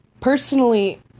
personally